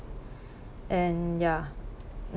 and ya